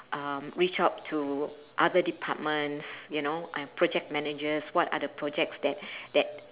um reach out to other departments you know and project managers what are the projects that that